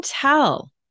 tell